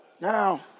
now